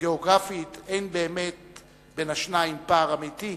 שגיאוגרפית אין באמת בין השניים פער אמיתי,